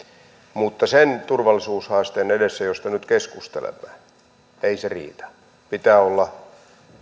mutta sen turvallisuushaasteen edessä josta nyt keskustelemme se ei riitä pitää olla